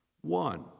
One